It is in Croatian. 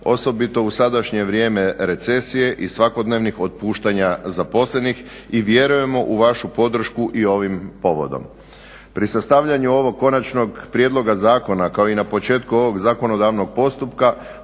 osobito u sadašnje vrijeme recesije i svakodnevnih otpuštanja zaposlenih i vjerujemo u vašu podršku i ovim povodom. Pri sastavljanju ovog konačnog prijedloga zakona, kao i na početku ovog zakonodavnog postupka